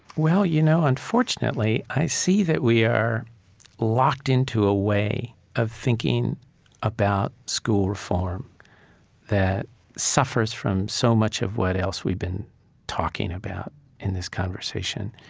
well, you know, unfortunately, i see that we are locked into a way of thinking about school reform that suffers from so much of what else we've been talking about in this conversation,